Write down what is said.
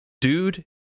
Dude